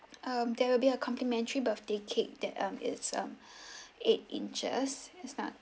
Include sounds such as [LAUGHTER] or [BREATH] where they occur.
um there will be a complimentary birthday cake that um it's um [BREATH] eight inches it's not